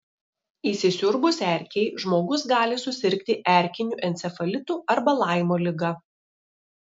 įsisiurbus erkei žmogus gali susirgti erkiniu encefalitu arba laimo liga